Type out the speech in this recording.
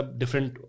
different